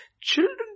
children